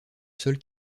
sol